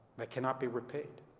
that cannot be repaid.